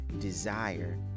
desire